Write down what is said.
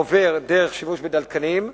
שעובר דרך שימוש בדלקנים.